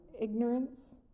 ignorance